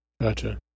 Gotcha